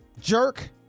Jerk